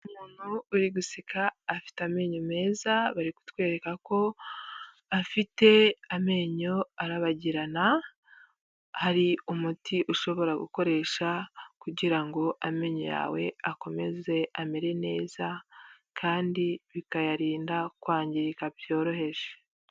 Umuntu uri guseka afite amenyo meza, bari kutwereka ko afite amenyo arabagirana, hari umuti ushobora gukoresha kugira ngo amenyo yawe akomeze amere neza kandi bikayarinda kwangirika byoroheje.